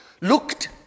looked